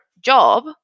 job